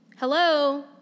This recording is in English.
hello